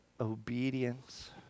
obedience